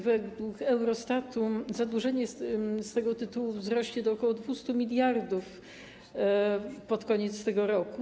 Według Eurostatu zadłużenie z tego tytułu wzrośnie do ok. 200 mld pod koniec tego roku.